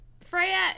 Freya